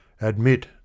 Admit